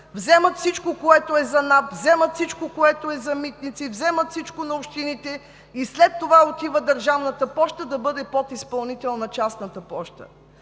вземат всичко, което е за НАП, вземат всичко, което е за митници, вземат всичко на общините и след това отива държавната поща да бъде подизпълнител на частната поща.